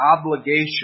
obligation